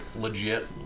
legit